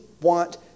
want